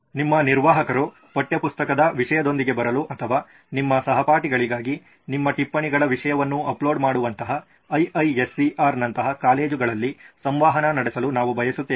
ನಿಮ್ಮ ನಿರ್ವಾಹಕರು ಪಠ್ಯಪುಸ್ತಕದ ವಿಷಯದೊಂದಿಗೆ ಬರಲು ಅಥವಾ ನಿಮ್ಮ ಸಹಪಾಠಿಗಳಿಗಾಗಿ ನಿಮ್ಮ ಟಿಪ್ಪಣಿಗಳ ವಿಷಯವನ್ನು ಅಪ್ಲೋಡ್ ಮಾಡುವಂತಹ IISER ನಂತಹ ಕಾಲೇಜುಗಳಲ್ಲಿ ಸಂವಹನ ನಡೆಸಲು ನಾವು ಬಯಸುತ್ತೇವೆ